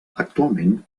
actualment